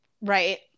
Right